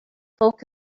folk